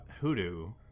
hoodoo